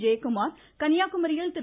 ஜெயக்குமார் கன்னியாக்குமரியில் திரு